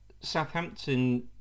Southampton